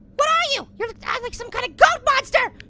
what are you? you're like some kinda goat monster.